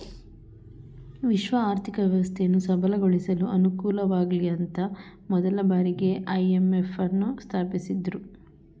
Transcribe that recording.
ವಿಶ್ವ ಆರ್ಥಿಕ ವ್ಯವಸ್ಥೆಯನ್ನು ಸಬಲಗೊಳಿಸಲು ಅನುಕೂಲಆಗ್ಲಿಅಂತ ಮೊದಲ ಬಾರಿಗೆ ಐ.ಎಂ.ಎಫ್ ನ್ನು ಸ್ಥಾಪಿಸಿದ್ದ್ರು